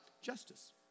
justice